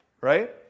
right